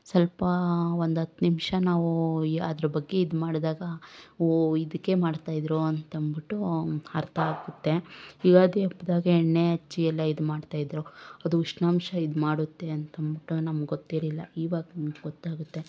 ಸ್ವಲ್ಪ ಒಂದು ಹತ್ತು ನಿಮಿಷ ನಾವು ಅದ್ರ ಬಗ್ಗೆ ಇದು ಮಾಡ್ದಾಗ ಓ ಇದಕ್ಕೆ ಮಾಡ್ತಾ ಇದ್ದರು ಅಂತ ಅಂದ್ಬಿಟ್ಟು ಅರ್ಥ ಆಗುತ್ತೆ ಈ ಯುಗಾದಿ ಹಬ್ಬದಾಗೆ ಎಣ್ಣೆ ಹಚ್ಚಿ ಎಲ್ಲ ಇದು ಮಾಡ್ತಾ ಇದ್ದರು ಅದು ಉಷ್ಣಾಂಶ ಇದು ಮಾಡುತ್ತೆ ಅಂತ ಅಂದ್ಬಿಟ್ಟು ನಮ್ಗೆ ಗೊತ್ತಿರ್ಲಿಲ್ಲ ಇವಾಗ ನಮ್ಗೆ ಗೊತ್ತಾಗುತ್ತೆ